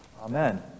Amen